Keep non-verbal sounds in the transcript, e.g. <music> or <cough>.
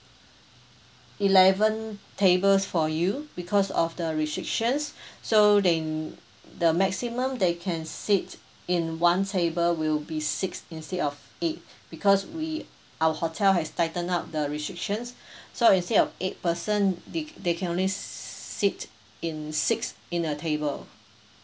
eleven tables for you because of the restrictions <breath> so they the maximum they can sit in one table will be six instead of eight because we our hotel has tighten up the restrictions <breath> so instead of eight person di~ they can only s~ sit in six in a table